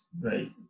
right